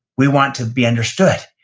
we want to be understood.